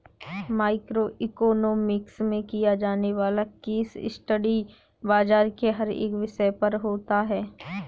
micro economics में किया जाने वाला केस स्टडी बाजार के हर एक विषय पर होता है